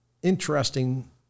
interesting